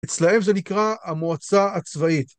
אצלהם זה נקרא המועצה הצבאית.